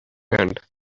hand